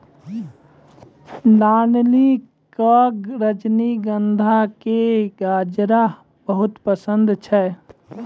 नलिनी कॅ रजनीगंधा के गजरा बहुत पसंद छै